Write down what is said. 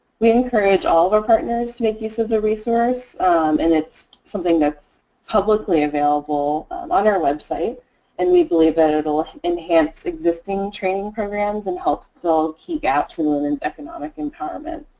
we encourage all of our partners to make use of the resource and it's something that's publicly available on our website and we believe that it will enhance existing training programs and help fill key gaps in women's economic empowerment.